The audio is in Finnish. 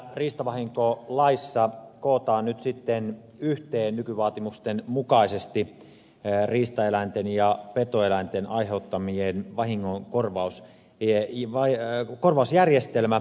tässä riistavahinkolaissa kootaan nyt sitten yhteen nykyvaatimusten mukaisesti riistaeläinten ja petoeläinten aiheuttamien vahinkojen korvausjärjestelmä